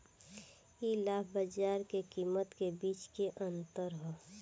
इ लाभ बाजार के कीमत के बीच के अंतर ह